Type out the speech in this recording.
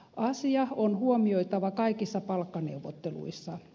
asia on huomioitava kaikissa palkkaneuvotteluissa